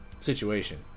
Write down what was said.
situation